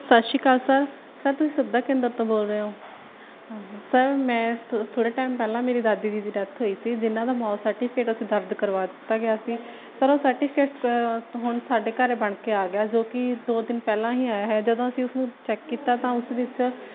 ਸਤਿ ਸ਼੍ਰੀ ਅਕਾਲ ਸਰ ਤੁਸੀਂ ਸੁਵਿਧਾ ਕੇਂਦਰ ਤੋਂ ਬੋਲ ਰਹੇ ਹੋ ਸਰ ਮੈਂ ਥੋੜੇ ਟਾਈਮ ਪਹਿਲਾਂ ਮੇਰੀ ਦਾਦੀ ਜੀ ਦੀ ਡੈੱਥ ਹੋਈ ਸੀ ਜਿਨਾਂ ਦਾ ਮੌਤ ਸਰਟੀਫਿਕੇਟ ਅਸੀਂ ਦਰਜ ਕਰਵਾ ਦਿੱਤਾ ਗਿਆ ਸੀ ਸਰ ਉਹ ਸਰਟੀਫਿਕੇਟ ਹੁਣ ਸਾਡੇ ਘਰੇ ਬਣ ਕੇ ਆ ਗਿਆ ਜੋ ਕਿ ਦੋ ਦਿਨ ਪਹਿਲਾਂ ਹੀ ਆਇਆ ਹੈ ਜਦੋਂ ਅਸੀਂ ਉਸਨੂੰ ਚੈੱਕ ਕੀਤਾ ਤਾਂ ਉਸ ਵਿੱਚ